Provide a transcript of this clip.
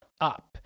up